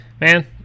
man